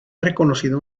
reconocida